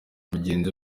mugenzi